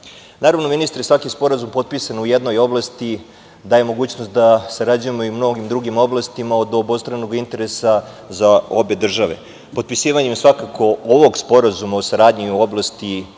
naroda. Naravno, ministre, svaki sporazum potpisan u jednoj oblasti daje mogućnost da sarađujemo i u mnogim drugim oblastima od obostranog interesa za obe države. Potpisivanjem svakako ovog Sporazuma o saradnji u oblasti